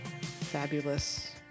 fabulous